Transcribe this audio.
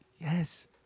Yes